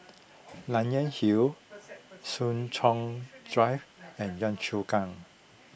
Nanyang Hill Soo Chow Drive and Yio Chu Kang